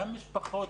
גם משפחות,